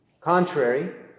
Contrary